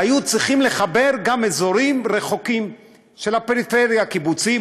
היו צריכים לחבר גם אזורים רחוקים של הפריפריה: קיבוצים,